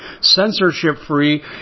censorship-free